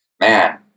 man